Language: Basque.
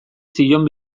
zion